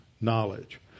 knowledge